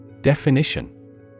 DEFINITION